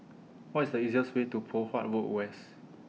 What IS The easiest Way to Poh Huat Road West